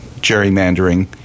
gerrymandering